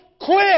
quit